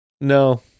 no